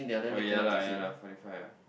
oh ya lah ya lah forty five